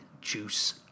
Juice